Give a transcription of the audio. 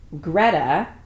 greta